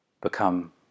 become